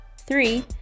Three